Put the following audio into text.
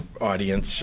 audience